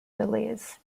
delays